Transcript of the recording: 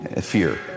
fear